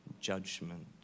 judgment